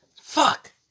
Fuck